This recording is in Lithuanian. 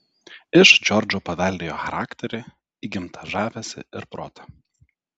iš džordžo paveldėjo charakterį įgimtą žavesį ir protą